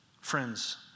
Friends